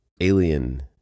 alien